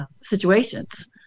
situations